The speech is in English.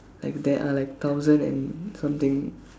like there are like thousand and something